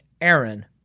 Aaron